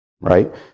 right